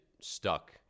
stuck